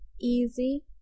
easy